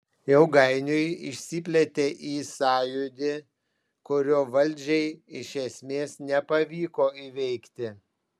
ilgainiui išsiplėtė į sąjūdį kurio valdžiai iš esmės nepavyko įveikti